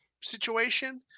situation